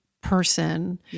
Person